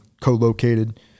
co-located